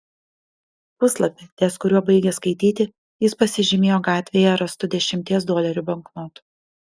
puslapį ties kuriuo baigė skaityti jis pasižymėjo gatvėje rastu dešimties dolerių banknotu